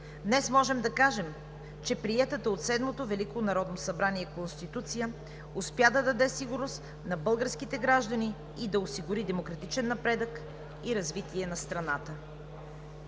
Днес можем да кажем, че приетата от Седмото велико народно събрание Конституция успя да даде сигурност на българските граждани и да осигури демократичен напредък и развитие на страната.